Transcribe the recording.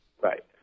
Right